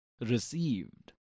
received